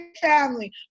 family